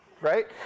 right